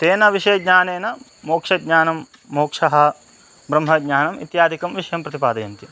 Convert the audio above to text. तेन विषयज्ञानेन मोक्षज्ञानं मोक्षः ब्रह्मज्ञानम् इत्यादिकं विषयं प्रतिपादयन्ति